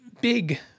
big